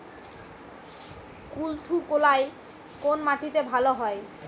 কুলত্থ কলাই কোন মাটিতে ভালো হয়?